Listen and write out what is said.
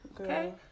Okay